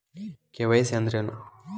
KYC ಅಂದ್ರೇನು?